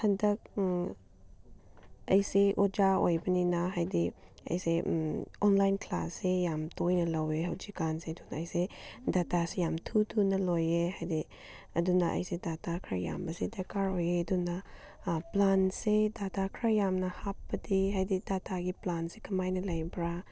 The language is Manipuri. ꯍꯟꯗꯛ ꯑꯩꯁꯦ ꯑꯣꯖꯥ ꯑꯣꯏꯕꯅꯤꯅ ꯍꯥꯏꯗꯤ ꯑꯩꯁꯦ ꯑꯣꯟꯂꯥꯏꯟ ꯀ꯭ꯂꯥꯁꯁꯦ ꯌꯥꯝ ꯇꯣꯏꯅ ꯂꯧꯋꯦ ꯍꯧꯖꯤꯛꯀꯥꯟꯁꯦ ꯑꯗꯨꯅ ꯑꯩꯁꯦ ꯗꯇꯥꯁꯦ ꯌꯥꯝ ꯊꯨ ꯊꯨꯅ ꯂꯣꯏꯌꯦ ꯍꯥꯏꯗꯤ ꯑꯗꯨꯅ ꯑꯩꯁꯦ ꯗꯇꯥ ꯈꯔ ꯌꯥꯝꯕꯁꯦ ꯗꯔꯀꯥꯔ ꯑꯣꯏꯌꯦ ꯑꯗꯨꯅ ꯄ꯭ꯂꯥꯟꯁꯦ ꯗꯇꯥ ꯈꯔ ꯌꯥꯝꯅ ꯍꯥꯞꯄꯗꯤ ꯍꯥꯏꯗꯤ ꯗꯇꯥꯒꯤ ꯄ꯭ꯂꯥꯟꯁꯤ ꯀꯃꯥꯏꯅ ꯂꯩꯕ꯭ꯔꯥ